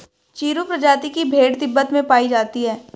चिरु प्रजाति की भेड़ तिब्बत में पायी जाती है